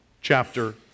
chapter